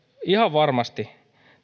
ihan varmasti